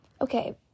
okay